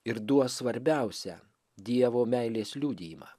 ir duos svarbiausią dievo meilės liudijimą